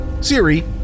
Siri